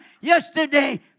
yesterday